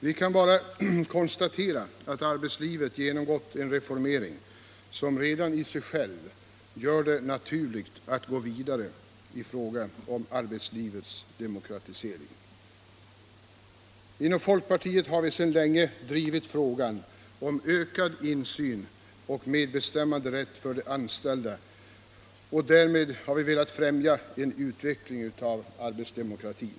Vi kan bara konstatera att arbetslivet genomgått en reformering som redan i sig själv gör det naturligt att gå vidare i fråga om arbetslivets demokratisering. Inom folkpartiet har vi sedan länge drivit frågan om ökad insyn och medbestämmanderätt för de anställda, och därmed har vi velat främja en utveckling av arbetsdemokratin.